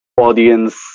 audience